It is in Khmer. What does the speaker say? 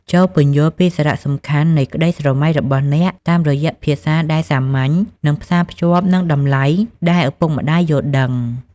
ចូរពន្យល់ពីសារៈសំខាន់នៃក្តីស្រមៃរបស់អ្នក តាមរយៈភាសាដែលសាមញ្ញ និងផ្សារភ្ជាប់នឹងតម្លៃដែលឪពុកម្តាយយល់ដឹង។